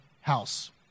house